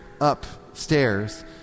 upstairs